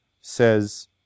says